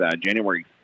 January